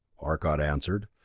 arcot answered.